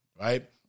right